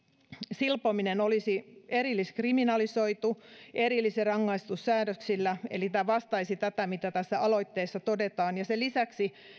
silpominen olisi erilliskriminalisoitu erillisrangaistussäädöksillä eli tämä vastaisi tätä mitä tässä aloitteessa todetaan sen lisäksi